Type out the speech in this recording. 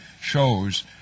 shows